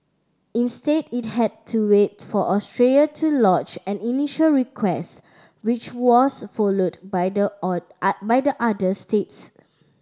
instead it had to wait for Austria to lodge an initial request which was followed by the all by the other states